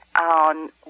on